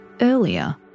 earlier